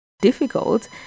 difficult